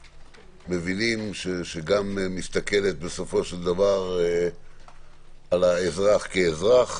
שגם מסתכלת בסופו של דבר על האזרח כאזרח,